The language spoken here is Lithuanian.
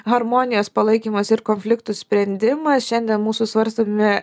harmonijos palaikymas ir konfliktų sprendimas šiandien mūsų svarstomi